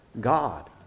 God